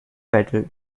pedal